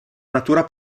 natura